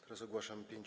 Teraz ogłaszam 5-